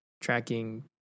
tracking